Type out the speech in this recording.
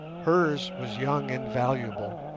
hers was young and valuable.